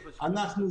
אנחנו,